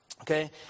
okay